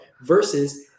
versus